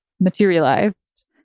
materialized